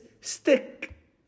stick